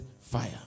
fire